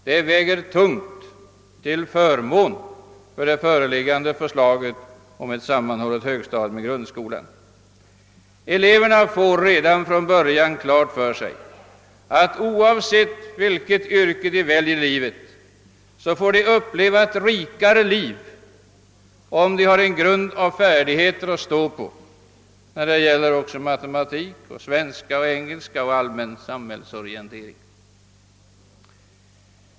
Detta väger tungt till förmån för föreliggande förslag om ett sammanhållet högstadium i grundskolan. Eleverna får redan från början klart för sig att de, oavsett vilket yrke de väljer i livet, får ett rikare liv om de har en grund av färdigheter att stå på även när det gäller matematik, svenska, engelska och allmän samhällsorientering.